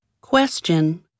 Question